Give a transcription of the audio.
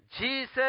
Jesus